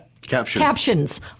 captions